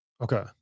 Okay